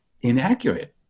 inaccurate